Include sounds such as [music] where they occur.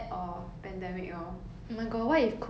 [noise] [noise]